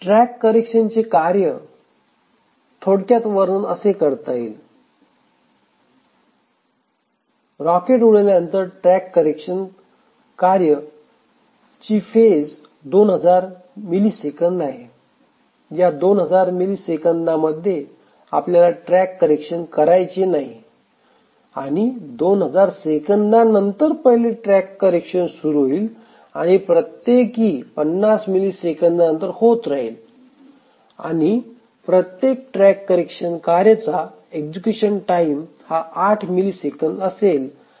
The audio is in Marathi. ट्रॅक करेक्शन कार्य चे थोडक्यात वर्णन असे सांगता येईल रॉकेट उडाल्यानंतर ट्रॅक करेक्शन कार्य ची फेज 2000 मिली सेकंद आहे या 2000 मिली सेकंदांमध्ये आपल्याला ट्रॅक करेक्शन करायचे नाही आणि 2000 सेकंदानंतर पहिले ट्रॅक करेक्शन सुरू होईल आणि नंतर प्रत्येकी 50 मिली सेकंदानंतर होत राहील आणि प्रत्येक ट्रॅक करेक्शन कार्य चा एक्झिक्युट टाईम हा 8 मिली सेकंद असेल